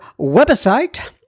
website